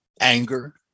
anger